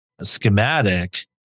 schematic